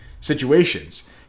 situations